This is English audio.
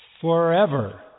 forever